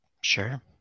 Sure